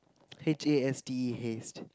H A S T E haste